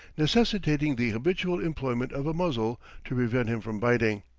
necessitating the habitual employment of a muzzle to prevent him from biting.